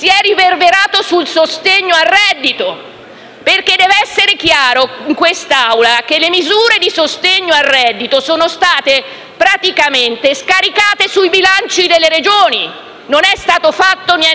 si è poi riverberato sul sostegno al reddito, perché deve essere chiaro, in quest'Assemblea, che le misure di sostegno al reddito sono state praticamente scaricate sui bilanci delle Regioni: non è stato fatto niente